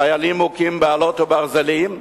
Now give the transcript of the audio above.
חיילים מוכים באלות ובברזלים,